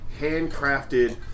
handcrafted